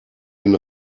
den